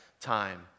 time